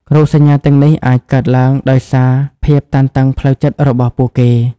រោគសញ្ញាទាំងនេះ អាចកើតឡើងដោយសារភាពតានតឹងផ្លូវចិត្តរបស់ពួកគេ។